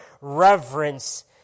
reverence